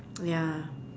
ya